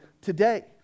today